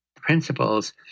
principles